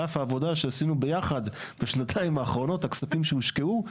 על אף העבודה שעשינו ביחד בשנתיים האחרונות ועל אף כל הכספים שהושקעו,